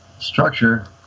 structure